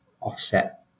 offset